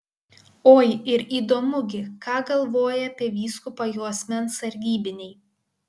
oi ir įdomu gi ką galvoja apie vyskupą jo asmens sargybiniai